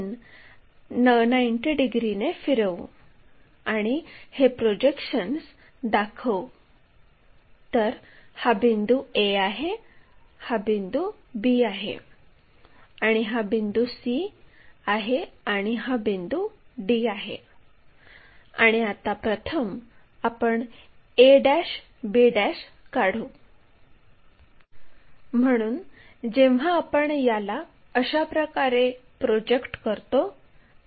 तर c बिंदूपासून 50 मिमीचे आणि 75 मिमीचे स्थान d या लोकसवर निश्चित करा कारण c हा HP मध्ये आहे आणि उभ्या प्लेनच्यासमोर 50 मिमी अंतरावर आहे